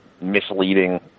misleading